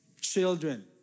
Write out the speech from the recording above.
children